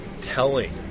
telling